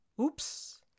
Oops